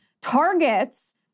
targets